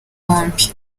bombi